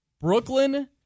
Brooklyn